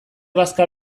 bazka